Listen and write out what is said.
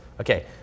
Okay